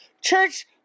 church